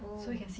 oh